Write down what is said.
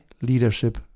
leadership